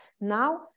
now